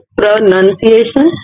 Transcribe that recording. pronunciation